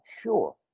sure